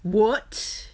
what